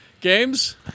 Games